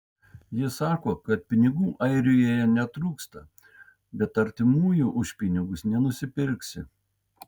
ji sako kad pinigų airijoje netrūksta bet artimųjų už pinigus nenusipirksi